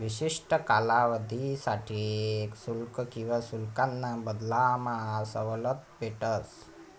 विशिष्ठ कालावधीसाठे शुल्क किवा शुल्काना बदलामा सवलत भेटस